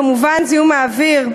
כמובן זיהום אוויר.